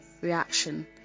reaction